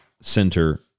Center